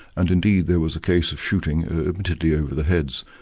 and indeed there was a case of shooting, admittedly over the heads,